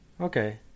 Okay